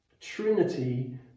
trinity